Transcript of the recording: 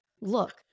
look